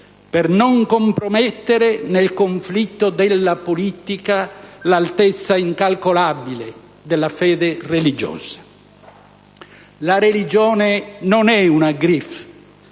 per non compromettere nel conflitto della politica l'altezza incalcolabile della fede religiosa». La religione non è una *griffe*